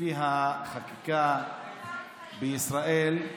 לפי החקיקה בישראל,